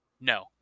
No